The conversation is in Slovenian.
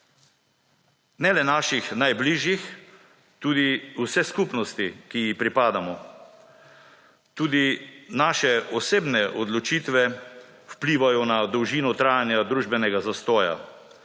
ne le naših najbližjih, tudi vse skupnosti, ki ji pripadamo. Tudi naše osebne odločitve vplivajo na dolžino trajanja družbenega zastoja.